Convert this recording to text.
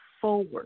forward